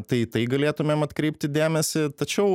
tai į tai galėtumėm atkreipti dėmesį tačiau